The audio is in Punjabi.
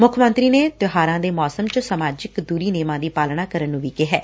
ਮੁੱਖ ਮੰਤਰੀ ਨੇ ਤਿਉਹਾਰਾਂ ਦੇ ਮੌਸਮ ਚ ਸਮਾਜਿਕ ਦੂਰੀ ਨੇਮਾਂ ਦੀ ਪਾਲਣਾ ਕਰਨ ਨੂੰ ਵੀ ਕਿਹੈ